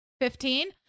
Fifteen